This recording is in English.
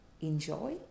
enjoy